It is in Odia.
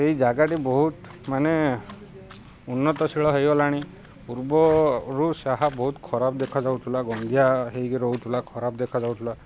ଏଇ ଜାଗାଟି ବହୁତ ମାନେ ଉନ୍ନତଶୀଳ ହୋଇଗଲାଣି ପୂର୍ବରୁ ସେହା ବହୁତ ଖରାପ ଦେଖାାଯାଉଥିଲା ଗନ୍ଧିଆ ହୋଇକି ରହୁଥିଲା ଖରାପ ଦେଖାଯାଉଥିଲା